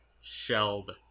shelled